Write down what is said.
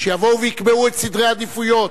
שיבואו ויקבעו את סדרי העדיפויות,